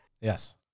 Yes